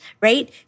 right